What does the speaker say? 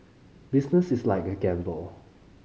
business is like a gamble